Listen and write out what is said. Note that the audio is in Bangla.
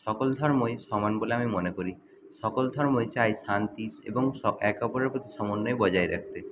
সকল ধর্মই সমান বলে আমি মনে করি সকল ধর্মই চায় শান্তি এবং স একে অপরের প্রতি সমন্বয় বজায় রাখতে